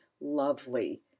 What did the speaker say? lovely